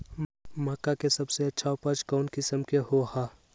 मक्का के सबसे अच्छा उपज कौन किस्म के होअ ह?